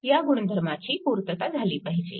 ह्या गुणधर्माची पूर्तता झाली पाहिजे